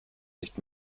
nicht